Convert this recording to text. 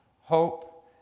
hope